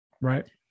Right